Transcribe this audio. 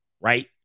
right